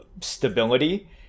stability